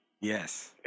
Yes